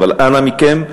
אבל אנא מכם,